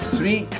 Three